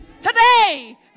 Today